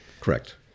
Correct